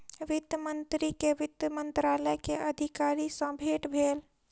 वित्त मंत्री के वित्त मंत्रालय के अधिकारी सॅ भेट भेल